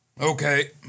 Okay